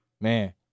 man